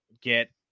get